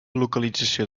localització